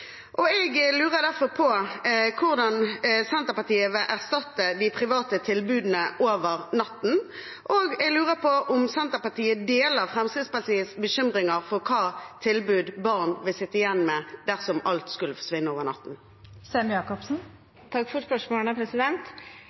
dag. Jeg lurer derfor på hvordan Senterpartiet vil erstatte de private tilbudene over natten, og om Senterpartiet deler Fremskrittspartiets bekymringer for hvilke tilbud barn vil sitte igjen med dersom alt skulle forsvinne over natten. Takk for spørsmålene.